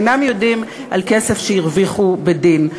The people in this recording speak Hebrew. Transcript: והם אינם יודעים על כסף שהרוויחו בדין.